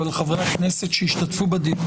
אבל חברי הכנסת שהשתתפו בדיון,